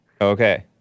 Okay